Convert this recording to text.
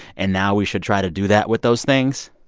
and now we should try to do that with those things?